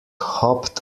hopped